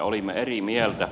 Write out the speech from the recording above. olimme eri mieltä